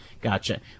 Gotcha